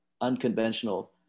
unconventional